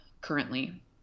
currently